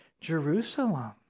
Jerusalem